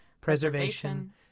preservation